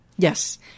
Yes